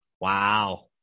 Wow